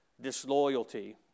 disloyalty